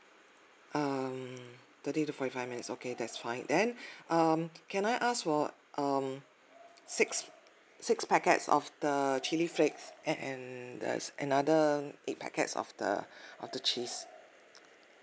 um thirty to forty five minutes okay that's fine then um can I ask for um six six packets of the chilli flakes and and there's another eight packets of the of the cheese